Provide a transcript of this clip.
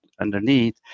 underneath